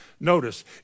Notice